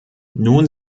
nun